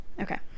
okay